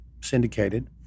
syndicated